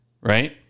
Right